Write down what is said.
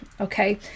okay